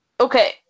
Okay